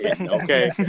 Okay